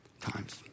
times